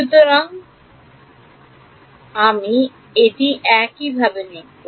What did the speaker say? সুতরাং আমি এটি এইভাবে লিখব